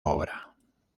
obra